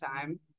time